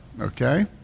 okay